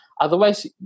Otherwise